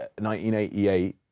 1988